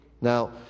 Now